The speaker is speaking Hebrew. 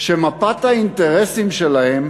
שמפת האינטרסים שלהן